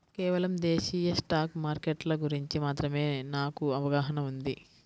కేవలం దేశీయ స్టాక్ మార్కెట్ల గురించి మాత్రమే నాకు అవగాహనా ఉంది